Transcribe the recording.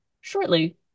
shortly